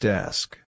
Desk